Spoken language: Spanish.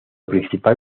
principal